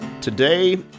Today